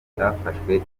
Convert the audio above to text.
cyafashwe